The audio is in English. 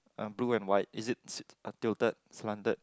a blue and white is it a titled slanted